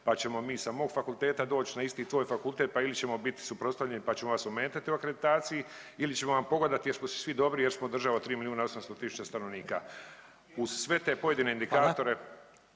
pa ćemo mi sa mog fakulteta doći na isti tvoj fakultet pa ili ćemo biti suprotstavljeni pa ćemo vas ometati u akreditaciji ili ćemo vam pogodovati jer smo si svi dobri, jer smo država tri milijuna i 800 000 stanovnika. Uz sve te pojedine indikatore